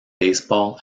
baseball